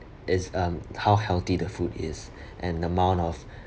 it's um how healthy the food is and the amount of